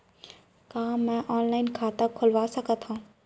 का मैं ऑनलाइन खाता खोलवा सकथव?